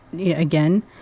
again